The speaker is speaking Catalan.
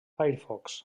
firefox